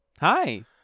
Hi